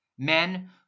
Men